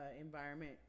environment